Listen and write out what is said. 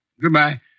Goodbye